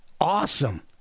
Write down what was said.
awesome